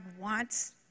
wants